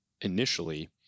initially